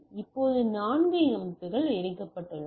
இப்போது நான்கு அமைப்புகள் இணைக்கப்பட்டுள்ளன